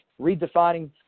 redefining